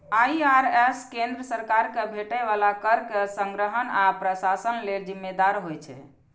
IRS केंद्र सरकार कें भेटै बला कर के संग्रहण आ प्रशासन लेल जिम्मेदार होइ छै